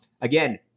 again